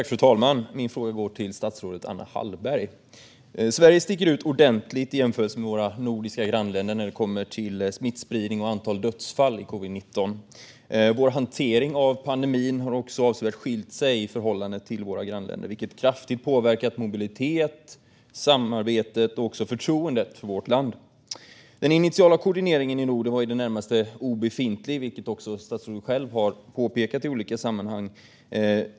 Fru talman! Min fråga går till statsrådet Anna Hallberg. Sverige sticker ut ordentligt i jämförelse med sina nordiska grannländer när det kommer till smittspridning och antal dödsfall i covid-19. Vår hantering av pandemin har också avsevärt skilt sig i förhållande till våra grannländer, vilket kraftigt påverkat mobiliteten, samarbetet och också förtroendet för vårt land. Den initiala koordineringen i Norden var i det närmaste obefintlig, vilket också statsrådet själv har påpekat i olika sammanhang.